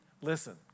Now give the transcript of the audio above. Listen